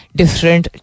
different